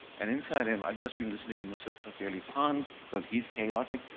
and inside um i've just been listening to nusrat fateh ali khan because he's chaotic.